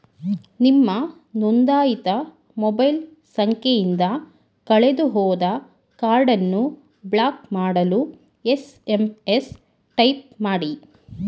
ನಿಮ್ಮ ನೊಂದಾಯಿತ ಮೊಬೈಲ್ ಸಂಖ್ಯೆಯಿಂದ ಕಳೆದುಹೋದ ಕಾರ್ಡನ್ನು ಬ್ಲಾಕ್ ಮಾಡಲು ಎಸ್.ಎಂ.ಎಸ್ ಟೈಪ್ ಮಾಡಿ